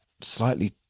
slightly